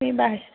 এইবাৰ